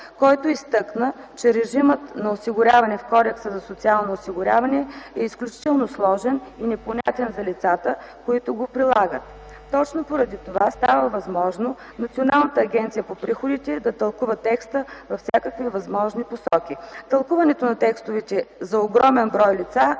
който изтъкна, че режимът на осигуряване в Кодекса за социално осигуряване е изключително сложен и непонятен за лицата, които го прилагат. Точно поради това става възможно Националната агенция по приходите да тълкува текста във всякакви възможни посоки. Тълкуването на текстовете за огромен брой лица